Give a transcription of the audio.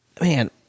Man